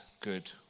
good